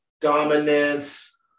dominance